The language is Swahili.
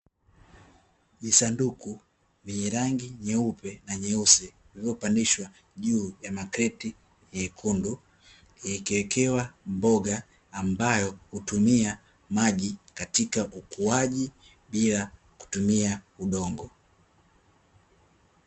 Visanduku vyenye rangi nyeupe na nyeusi vilivyopandishwa juu ya makreti mekundu, vikiwekewa mboga ambayo hutumia maji katika ukuaji bila kutumia udongo.